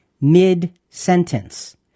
mid-sentence